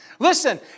Listen